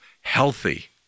healthy